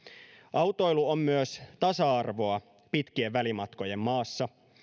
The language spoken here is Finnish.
autoilu on myös tasa arvoa pitkien välimatkojen maassa